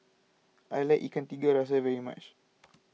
I like Ikan Tiga Rasa very much